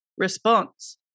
response